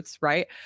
Right